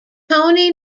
tony